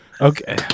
Okay